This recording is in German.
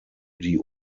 die